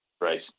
right